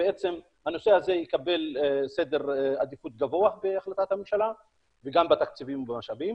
שהנושא הזה יקבל סדר עדיפות גבוה בהחלטת הממשלה וגם בתקציבים ובמשאבים.